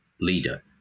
leader